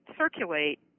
circulate